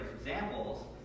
examples